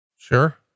Sure